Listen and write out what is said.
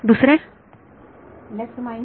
दुसरे विद्यार्थी left minus